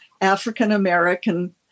African-American